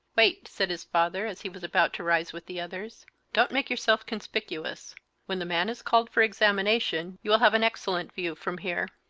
wait, said his father, as he was about to rise with the others don't make yourself conspicuous when the man is called for examination you will have an excellent view from here.